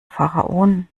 pharaonen